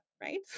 right